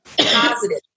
positive